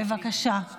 בבקשה, מטי.